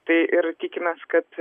tai ir tikimės kad